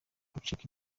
ucika